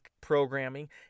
programming